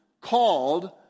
called